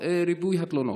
לנוכח ריבוי התלונות?